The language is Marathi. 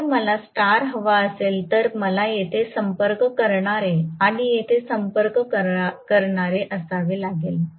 जर मला स्टार हवा असेल तर मला येथे संपर्क करणारे आणि येथे संपर्क करणारे असावे लागेल